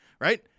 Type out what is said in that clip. right